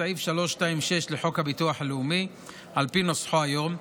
בסעיף 326 לחוק הביטוח הלאומי על פי נוסחו היום,